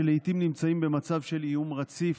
שלעיתים נמצאים במצב של איום רציף,